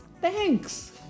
thanks